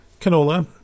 Canola